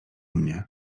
mnie